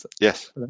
Yes